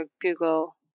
google